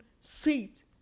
seat